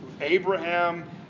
Abraham